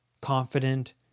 confident